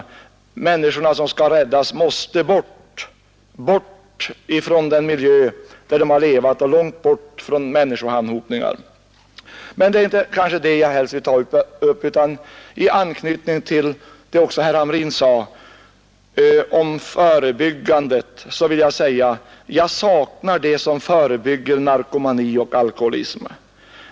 De människor som skall räddas måste bort ifrån den miljö där de har levat och långt bort från människoanhopningar. Det är kanske inte detta jag helst vill ta upp. I anknytning till vad herr Hamrin sade om förebyggande åtgärder vill jag framhålla, att jag saknar det som förebygger narkomani och alkoholism.